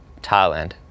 Thailand